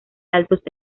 altos